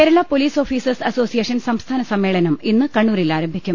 Kerala police officers association സംസ്ഥാന സമ്മേളനം ഇന്ന് കണ്ണൂരിൽ ആരംഭിക്കും